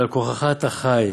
ועל כורחך אתה חי,